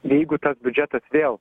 jeigu tas biudžetas vėl